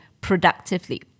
productively